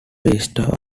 pastor